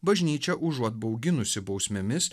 bažnyčia užuot bauginusi bausmėmis